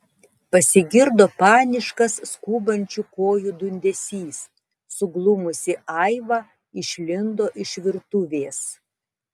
pasigirdo paniškas skubančių kojų dundesys suglumusi aiva išlindo iš virtuvės